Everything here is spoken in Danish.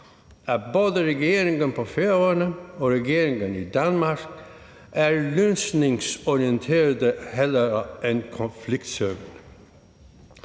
at både regeringen på Færøerne og regeringen i Danmark er mere løsningsorienterede end konfliktsøgende.